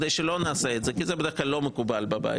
כדי שלא נעשה את זה זה בדרך כלל לא מקובל בבית,